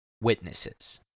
Witnesses